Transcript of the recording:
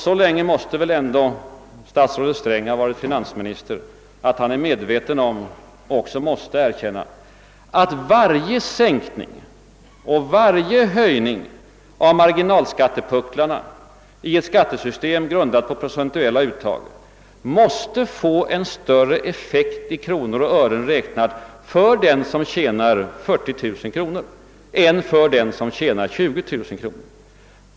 Så länge måste väl ändå statsrådet Sträng ha varit finansminister att han är medveten om — och också måste erkänna — att varje sänkning och varje höjning av marginalskattepucklarna i ett skattesystem, grundat på procentuella uttag, måste få en större effekt i kronor och ören räknat för den som tjänar 40 000 kronor än för den som tjänar 20000 kronor.